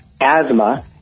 asthma